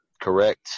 Correct